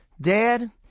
Dad